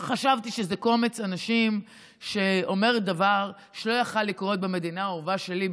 חשבתי שזה קומץ אנשים שאומר דבר שלא יכול לקרות במדינה האהובה שלי,